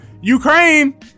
Ukraine